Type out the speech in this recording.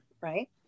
right